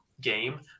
game